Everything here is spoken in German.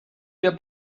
wir